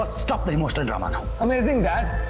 but stop the emotional drama now. amazing, dad.